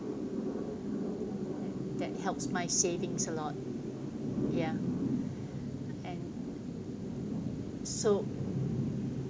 that helps my savings a lot ya and so